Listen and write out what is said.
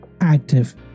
Active